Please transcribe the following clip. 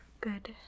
Good